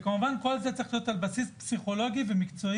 כמובן שכל זה צריך להיות על בסיס פסיכולוגי ומקצועי,